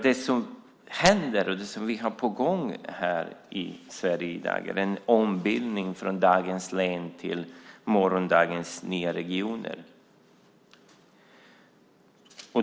Det som händer och som är på gång här i Sverige i dag är en ombildning från dagens län till morgondagens nya regioner.